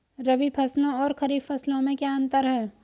रबी फसलों और खरीफ फसलों में क्या अंतर है?